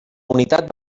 unitat